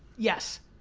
yes.